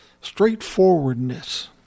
straightforwardness